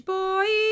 boy